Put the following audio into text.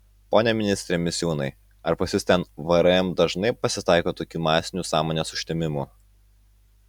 pone ministre misiūnai ar pas jus ten vrm dažnai pasitaiko tokių masinių sąmonės užtemimų